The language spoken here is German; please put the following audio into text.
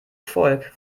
volk